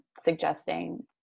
suggesting